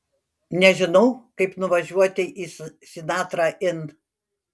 nežinau kaip nuvažiuoti į sinatra inn